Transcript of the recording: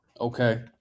okay